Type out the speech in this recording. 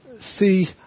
see